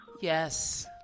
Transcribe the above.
Yes